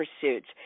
pursuits